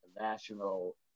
National